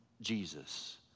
Jesus